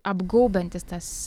apgaubiantis tas